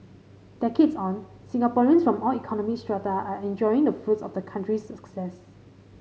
decades on Singaporeans from all economic strata are enjoying the fruits of the country's success